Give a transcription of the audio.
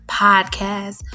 podcast